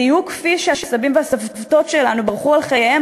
בדיוק כמו שהסבים והסבתות שלנו ברחו על חייהם